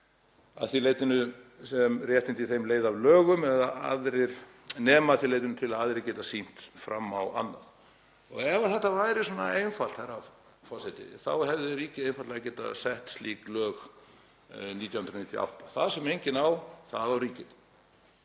að því leytinu sem réttindi í þeim leiða af lögum nema að því leytinu til að aðrir geti sýnt fram á annað. Ef þetta væri svona einfalt, herra forseti, þá hefði ríkið einfaldlega getað sett slík lög 1998: Það sem enginn á, það á ríkið.